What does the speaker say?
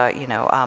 ah you know,